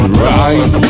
right